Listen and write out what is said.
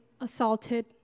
assaulted